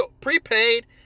prepaid